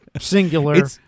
singular